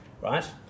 Right